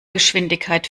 geschwindigkeit